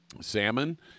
salmon